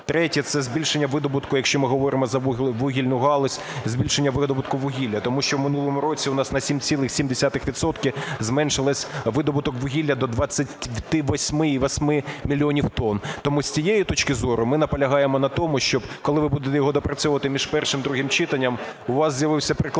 третє – це збільшення видобутку, якщо ми говоримо за вугільну галузь, збільшення видобутку вугілля. Тому що в минулому році у нас на 7,7 відсотка зменшився видобуток вугілля, до 28,8 мільйонів тонн. Тому з цієї точки зору ми наполягаємо на тому, що, коли ви будете його доопрацьовувати між першим і другим читанням, у вас з'явився прикладний